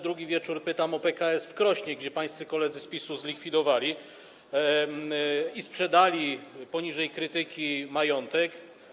Drugi wieczór pytam o PKS w Krośnie, gdzie pańscy koledzy z PiS-u zlikwidowali i sprzedali poniżej krytyki majątek.